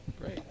Great